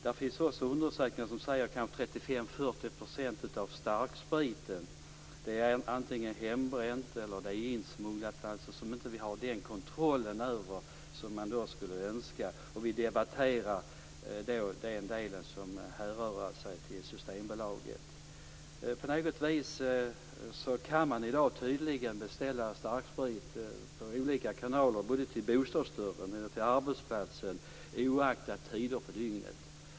Det finns undersökningar som säger att 35-40 % av starkspriten är antingen hembränt eller insmugglad så att vi inte har en kontroll över den på det sätt som vi skulle önska. Vi debatterar den del av sprithandel som härrör från Systembolaget. På något vis kan man i dag tydligen beställa starksprit via olika kanaler både till bostaden och till arbetsplatsen oaktat tiden på dygnet.